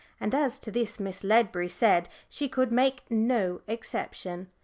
and as to this miss ledbury said she could make no exception.